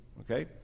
Okay